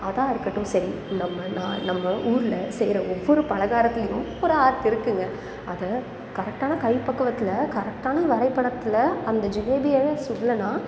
அதா இருக்கட்டும் சரி நம்ம நாட் நம்ம ஊரில் செய்கிற ஒவ்வொரு பலகாரத்துலேயும் ஒரு ஆர்ட் இருக்குதுங்க அதை கரெக்டான கைப்பக்குவத்தில் கரெக்டான வரைபடத்தில் அந்த ஜிலேபியை சுடலைன்னா